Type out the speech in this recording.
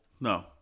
No